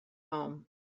home